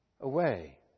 away